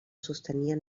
sostenien